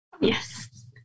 yes